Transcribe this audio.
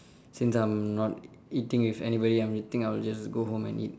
since I'm not eating with anybody I'm think I'll just go home and eat